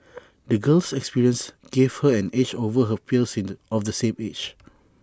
the girl's experiences gave her an edge over her peers in the of the same age